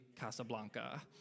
Casablanca